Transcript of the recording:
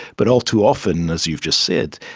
but all too often, as you've just said,